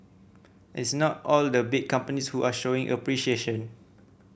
it's not all the big companies who are showing appreciation